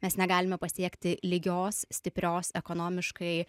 mes negalime pasiekti lygios stiprios ekonomiškai